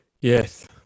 Yes